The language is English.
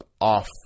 off